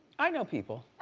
i know people.